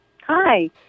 Hi